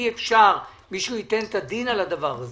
אי אפשר, מישהו ייתן את הדין על הדבר הזה.